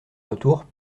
retour